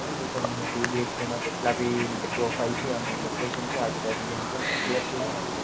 થઈ જસસે અમને કોઈ બી જેટલા બી પ્રોફાઇલ છે અને લોકેશન છે આજુબાજુની એ મને મોકલી આપજોને